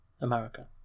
America